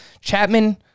Chapman